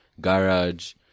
garage